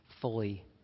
fully